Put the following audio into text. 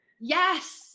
Yes